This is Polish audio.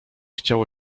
chciało